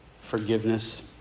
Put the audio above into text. forgiveness